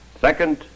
Second